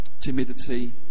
timidity